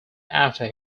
after